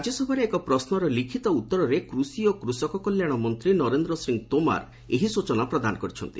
ରାଜ୍ୟସଭାରେ ଏକ ପ୍ରଶ୍ନର ଲିଖିତ ଉତ୍ତରରେ କୃଷି ଓ କୃଷକ କଲ୍ୟାଣ ମନ୍ତ୍ରୀ ନରେନ୍ଦ୍ର ସିଂ ତୋମର ଏହି ସୂଚନା ପ୍ରଦାନ କରିଛନ୍ତି